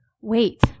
wait